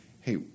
hey